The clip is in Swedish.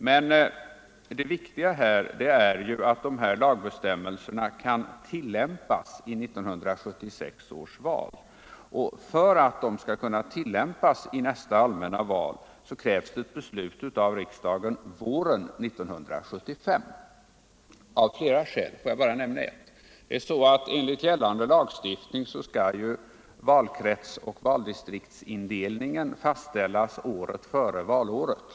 Men det viktiga här är ju att dessa lagbestämmelser kan tillämpas i 1976 års val. Och för att de skall kunna tillämpas vid nästa allmänna val krävs det beslut av riksdagen våren 1975. Det krävs av flera skäl, jag skall här bara nämna ett. Enligt gällande lagstiftning skall valkretsoch valdistriktsindelningen fastställas året före valåret.